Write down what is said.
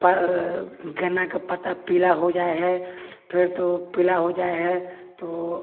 गन्ना के पत्ता पे पीला हो जाइ है फेर तऽ ओ पीला हो जाइ है तो